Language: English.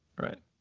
right